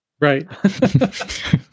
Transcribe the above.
Right